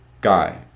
guy